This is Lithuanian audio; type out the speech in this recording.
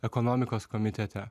ekonomikos komitete